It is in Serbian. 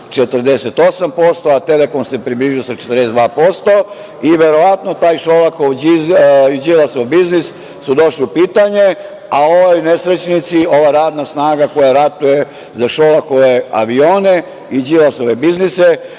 48%, a „Telekom“ se približio sa 42% i verovatno su taj Šolakov i Đilasov biznis došli u pitanje, a ovi nesrećnici, ova radna snaga koja ratuje za Šolakove avione i Đilasove biznise,